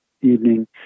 evening